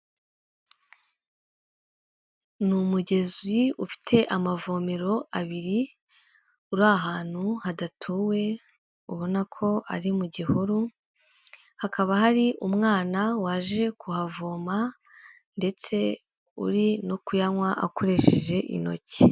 Ni umugezi ufite amavomero abiri uri ahantu hadatuwe ubona ko ari mu gihuru, hakaba hari umwana waje kuhavoma ndetse uri no kuyanywa akoresheje intoki.